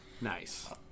Nice